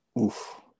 Oof